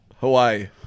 Hawaii